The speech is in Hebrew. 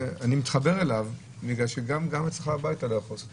כי גם אצלך בבית אתה לא יכול לעשות הכול.